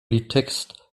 liedtext